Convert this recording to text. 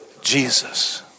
Jesus